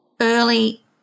early